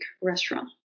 restaurant